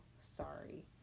sorry